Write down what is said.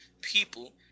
people